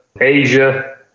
asia